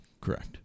Correct